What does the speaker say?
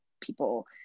people